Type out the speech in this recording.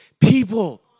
people